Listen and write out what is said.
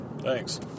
thanks